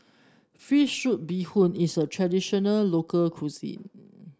fish soup Bee Hoon is a traditional local cuisine